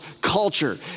culture